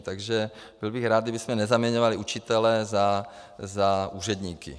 Takže byl bych rád, kdybychom nezaměňovali učitele za úředníky.